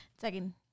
second